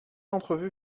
entrevue